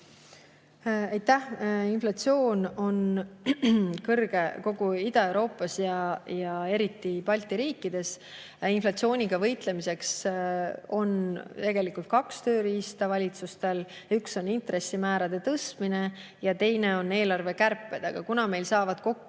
Aitäh! Inflatsioon on kõrge kogu Ida-Euroopas ja eriti Balti riikides. Inflatsiooniga võitlemiseks on valitsustel tegelikult kaks tööriista. Üks on intressimäärade tõstmine ja teine on eelarvekärped. Aga kuna meil saavad